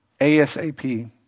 ASAP